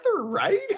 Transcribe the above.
right